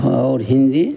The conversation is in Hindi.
और हिन्दी